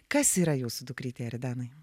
kas yra jūsų dukrytei aridanai